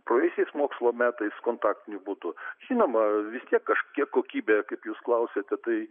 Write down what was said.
praėjusiais mokslo metais kontaktiniu būdu žinoma vis tiek kažkiek kokybė kaip jūs klausėte tai